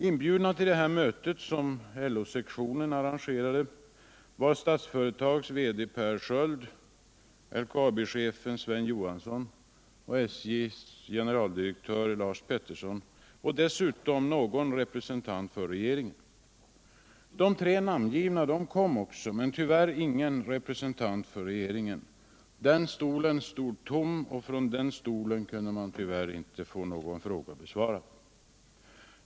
Inbjudna till detta möte, som LO-scktionen arrangerade, var Statsföretags VD, Per Sköld, LKAB-chefen Sven Johansson och SJ:s generaldirektör, Lars Peterson, och dessutom någon representant för regeringen. De tre namngivna kom också, men tyvärr ingen representant för regeringen. Den stolen stod tom och från den stolen kunde man tyvärr inte få någon fråga besvarad.